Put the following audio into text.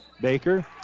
Baker